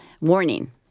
warning